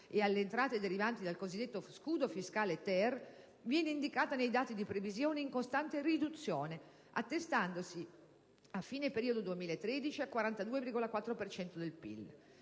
e alle entrate derivanti dal cosiddetto scudo fiscale-*ter*), viene indicata nei dati di previsione in costante riduzione, attestandosi a fine periodo 2013, al 42,4 per